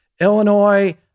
Illinois